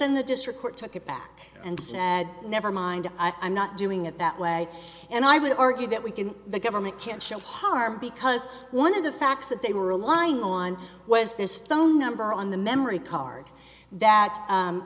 then the district court took it back and sat nevermind i'm not doing it that way and i would argue that we can the government can't show harm because one of the facts that they were lying on was this phone number on the memory card that